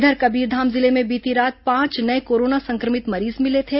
इधर कबीरधाम जिले में बीती रात पांच नये कोरोना संक्रमित मरीज मिले थे